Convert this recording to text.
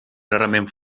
rarament